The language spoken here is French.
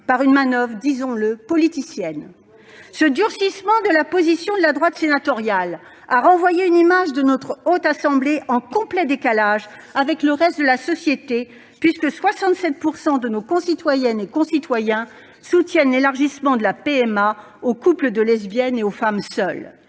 par une manoeuvre, disons-le, politicienne ! Ce durcissement de la position de la droite sénatoriale a renvoyé une image de notre Haute Assemblée en complet décalage avec le reste de la société, puisque 67 % de nos concitoyennes et concitoyens soutiennent l'élargissement de la PMA aux couples de lesbiennes et aux femmes seules.